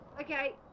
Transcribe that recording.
okay